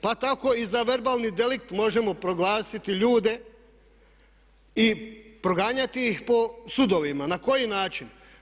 Pa tako i za verbalni delikt možemo proglasiti ljude i proganjati iz po sudovima, na koji način?